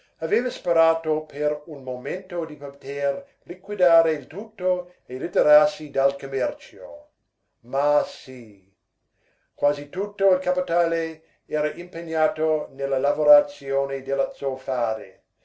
aveva sperato per un momento di poter liquidare tutto e ritirarsi dal commercio ma sì quasi tutto il capitale era impegnato nella lavorazione